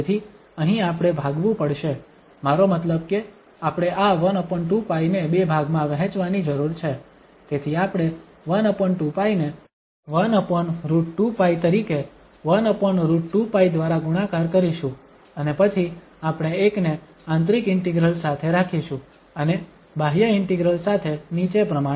તેથી અહીં આપણે ભાગવું પડશે મારો મતલબ કે આપણે આ 12π ને બે ભાગમાં વહેંચવાની જરૂર છે તેથી આપણે 12π ને 1√2π તરીકે 1√2π દ્વારા ગુણાકાર કરીશું અને પછી આપણે એકને આંતરિક ઇન્ટિગ્રલ સાથે રાખીશું અને બાહ્ય ઇન્ટિગ્રલ સાથે નીચે પ્રમાણે